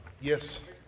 Yes